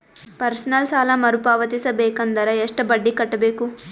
Personal ಸಾಲ ಮರು ಪಾವತಿಸಬೇಕಂದರ ಎಷ್ಟ ಬಡ್ಡಿ ಕಟ್ಟಬೇಕು?